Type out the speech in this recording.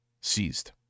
seized